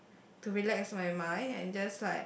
to relax my mind and just like